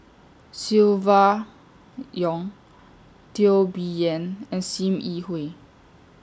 Silvia Yong Teo Bee Yen and SIM Yi Hui